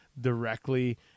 directly